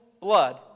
blood